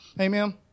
Amen